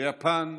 ביפן,